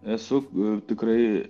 esu tikrai